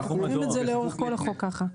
כותבים את זה לאורך כל החוק ככה.